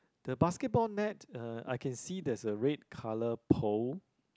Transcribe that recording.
the basketball net uh I can see there's a red color pole